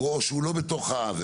או שהוא לא בתוך ---.